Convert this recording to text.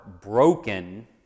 broken